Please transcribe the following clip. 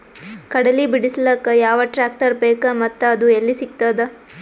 ಕಡಲಿ ಬಿಡಿಸಲಕ ಯಾವ ಟ್ರಾಕ್ಟರ್ ಬೇಕ ಮತ್ತ ಅದು ಯಲ್ಲಿ ಸಿಗತದ?